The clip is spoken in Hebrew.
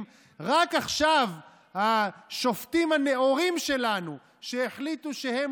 רק עכשיו השופטים הנאורים שלנו שהחליטו שהם